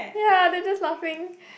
ya they just laughing